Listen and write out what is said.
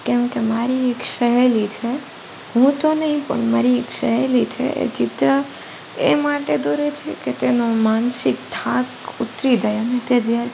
કેમકે મારી એક સહેલી છે હું તો નહીં પણ મારી એક સહેલી છે એ ચિત્ર એ માટે દોરે છે કે તેનો માનસિક થાક ઉતરી જાય અને તે જે